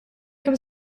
kemm